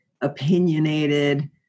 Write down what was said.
opinionated